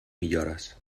millores